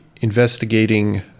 investigating